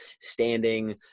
standing